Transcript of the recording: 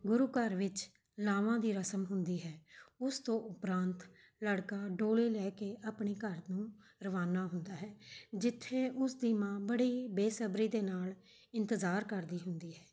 ਗੁਰੂ ਘਰ ਵਿੱਚ ਲਾਵਾਂ ਦੀ ਰਸਮ ਹੁੰਦੀ ਹੈ ਉਸ ਤੋਂ ਉਪਰੰਤ ਲੜਕਾ ਡੋਲੇ ਲੈ ਕੇ ਆਪਣੇ ਘਰ ਨੂੰ ਰਵਾਨਾ ਹੁੰਦਾ ਹੈ ਜਿੱਥੇ ਉਸਦੀ ਮਾਂ ਬੜੀ ਬੇਸਬਰੀ ਦੇ ਨਾਲ਼ ਇੰਤਜ਼ਾਰ ਕਰਦੀ ਹੁੰਦੀ ਹੈ